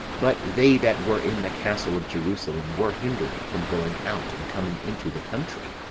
but they that were in the castle of jerusalem were hindered from going out and coming into the country,